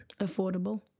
Affordable